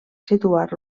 situar